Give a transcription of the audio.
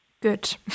Good